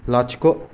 लाथिख'